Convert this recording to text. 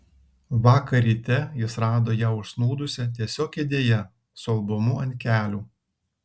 vakar ryte jis rado ją užsnūdusią tiesiog kėdėje su albumu ant kelių